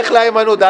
לך לאיימן עודה.